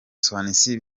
swansea